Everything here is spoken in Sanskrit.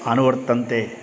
आनुवर्तन्ते